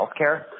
healthcare